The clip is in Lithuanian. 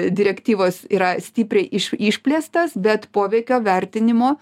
direktyvos yra stipriai iš išplėstas bet poveikio vertinimo